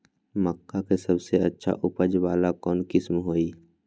मक्का के सबसे अच्छा उपज वाला कौन किस्म होई?